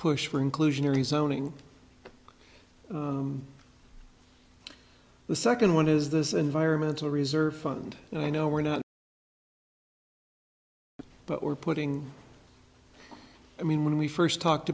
push for inclusionary zoning the second one is this environmental reserve fund and i know we're not but we're putting i mean when we first talked